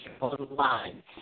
online